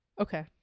Okay